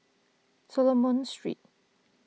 Solomon Street